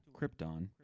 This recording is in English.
Krypton